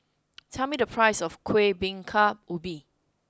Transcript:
tell me the price of Kueh Bingka Ubi